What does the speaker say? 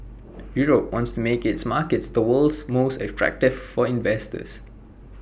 Europe wants to make its markets the world's most attractive for investors